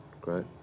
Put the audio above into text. great